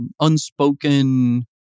unspoken